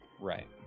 Right